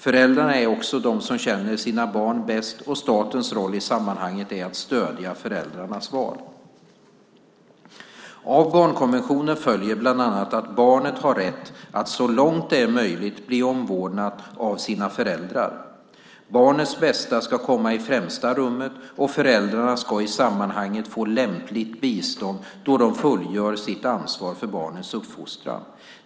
Föräldrarna är också de som känner sina barn bäst och statens roll i sammanhanget är att stödja föräldrarnas val. Av barnkonventionen följer bland annat att barnet har rätt att så långt det är möjligt bli omvårdat av sina föräldrar. Barnets bästa ska komma i främsta rummet och föräldrarna ska i sammanhanget få lämpligt bistånd då de fullgör sitt ansvar för barnets uppfostran.